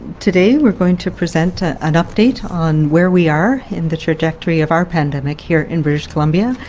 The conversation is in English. today we're going to present ah an update on where we are in the trajectory of our pandemic here in british columbia,